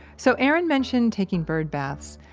so aaron mentioned taking birdbaths,